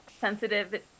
sensitive